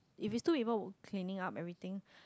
if is still even cleaning up everything